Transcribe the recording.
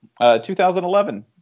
2011